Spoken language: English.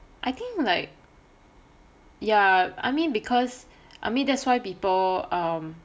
I think like ya I mean because I mean that's why people um